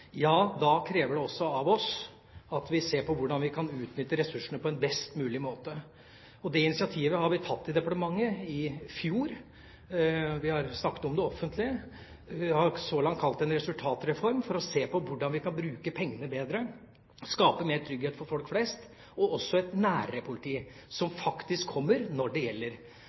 krever det også av oss at vi ser på hvordan vi kan utnytte ressursene på en best mulig måte. Det initiativet tok vi i departementet i fjor, og vi har snakket om det offentlig. Vi har så langt kalt det en resultatreform, for å se på hvordan vi kan bruke pengene bedre og skape mer trygghet for folk flest, og også få et nærere politi som faktisk kommer når det gjelder.